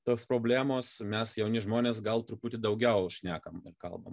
tos problemos mes jauni žmonės gal truputį daugiau šnekam ir kalbam